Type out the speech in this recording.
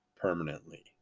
permanently